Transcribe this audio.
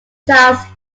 charles